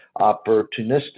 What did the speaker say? opportunistic